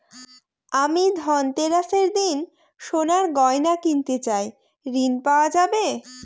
আমি ধনতেরাসের দিন সোনার গয়না কিনতে চাই ঝণ পাওয়া যাবে?